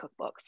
cookbooks